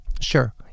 sure